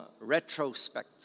retrospect